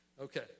Okay